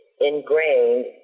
ingrained